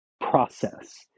process